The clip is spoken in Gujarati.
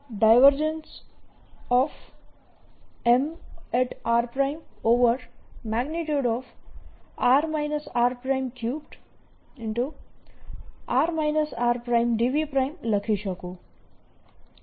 M rr r3r rdV લખી શકું